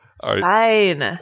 Fine